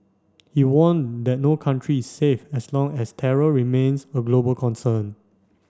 he warned that no country is safe as long as terror remains a global concern